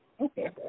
okay